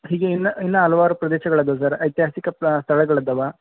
ಹೀಗೆ ಇನ್ನೂ ಇನ್ನೂ ಹಲ್ವಾರು ಪ್ರದೇಶಗಳು ಅದಾವ ಸರ್ ಐತಿಹಾಸಿಕ ಪ್ರ ಸ್ಥಳಗಳು ಅದಾವ